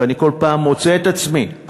ואני כל פעם מוצא את עצמי,